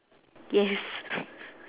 yes